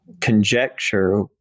conjecture